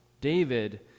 David